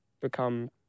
become